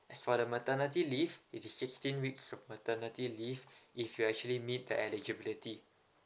as for the maternity leave it is sixteen weeks of maternity leave if you actually meet the eligibility